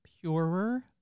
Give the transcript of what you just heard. purer